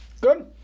Good